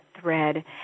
thread